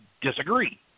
disagree